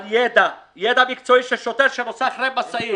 על ידע מקצועי של שוטר שנוסע אחרי משאית.